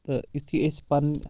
تہٕ یُتھے أسۍ پنٕنۍ